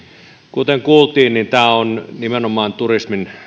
kuten kuultiin tämä on nimenomaan turismin